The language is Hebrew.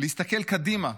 להסתכל קדימה.